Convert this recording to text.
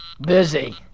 Busy